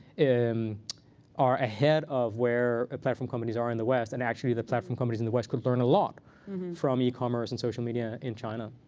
are ahead of where platform companies are in the west. and actually, that platform companies in the west could learn a lot from yeah e-commerce and social media in china.